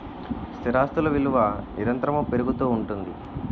స్థిరాస్తులు విలువ నిరంతరము పెరుగుతూ ఉంటుంది